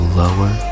lower